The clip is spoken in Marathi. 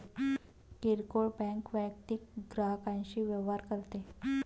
किरकोळ बँक वैयक्तिक ग्राहकांशी व्यवहार करते